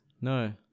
No